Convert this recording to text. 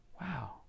Wow